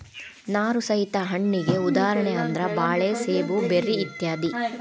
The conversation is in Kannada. ನಾರು ಸಹಿತ ಹಣ್ಣಿಗೆ ಉದಾಹರಣೆ ಅಂದ್ರ ಬಾಳೆ ಸೇಬು ಬೆರ್ರಿ ಇತ್ಯಾದಿ